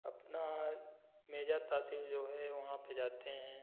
अपना मेजा तहसील जो है वहाँ पे जाते हैं